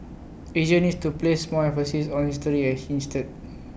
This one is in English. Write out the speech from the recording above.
Asia needs to place more emphasis on history and he insisted